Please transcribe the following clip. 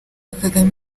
kagame